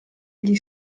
gli